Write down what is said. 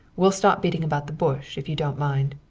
we'll stop beating about the bush, if you don't mind.